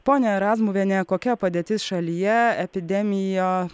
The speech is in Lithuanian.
ponia razmuviene kokia padėtis šalyje epidemijo